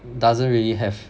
doesn't really have